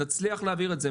נצליח להעביר את זה,